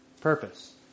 purpose